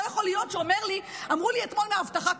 לא יכול להיות שאמרו לי אתמול מהאבטחה,